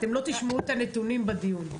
אתם לא תשמעו את הנתונים בדיון.